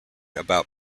about